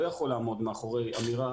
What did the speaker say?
אני גם לא יכול לעמוד מאחורי אמירה,